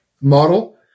model